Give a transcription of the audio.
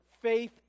faith